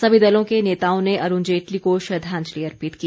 सभी दलों के नेताओं ने अरूण जेटली को श्रद्वांजलि अर्पित की